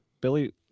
Billy